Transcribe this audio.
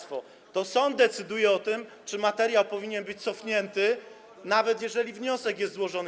To sąd decyduje o tym, czy materiał powinien być cofnięty, nawet jeżeli wniosek jest złożony.